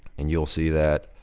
and you'll see that